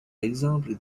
exemple